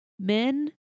Men